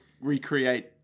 recreate